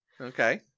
Okay